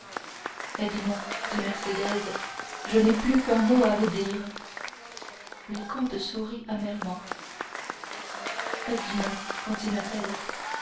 dit mercédès je n'ai plus qu'un mot à vous dire le comte sourit amèrement